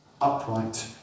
upright